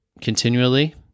continually